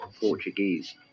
Portuguese